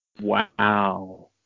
Wow